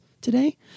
today